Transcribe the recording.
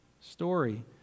story